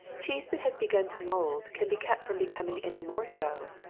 cheese that has begun to mould, can be kept from becoming any more so,